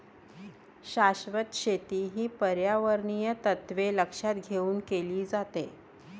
शाश्वत शेती ही पर्यावरणीय तत्त्वे लक्षात घेऊन केली जाते